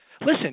listen